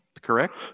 Correct